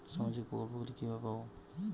সামাজিক প্রকল্প গুলি কিভাবে পাব?